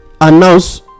announce